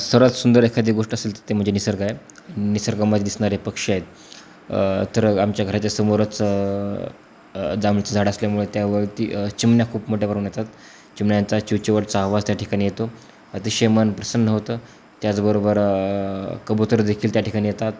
सर्वात सुंदर एखादी गोष्ट असेल त ते म्हणजे निसर्ग आहे निसर्गामध्ये दिसणारे पक्षी आहेत तर आमच्या घराच्या समोरच जामची झाड असल्यामुळे त्यावरती चिमण्या खूप मोठ्याप्रमाण येतात चिमण्यांचा चिवचिवाटचा आवाज त्या ठिकाणी येतो अतिशय मन प्रसन्न होतं त्याचबरोबर कबूतरदेखील त्या ठिकाणी येतात